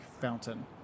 fountain